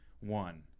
one